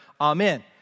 Amen